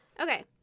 Okay